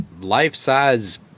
life-size